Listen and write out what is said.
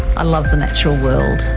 i love the natural world.